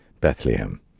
Bethlehem